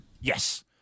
Yes